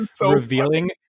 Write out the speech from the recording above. revealing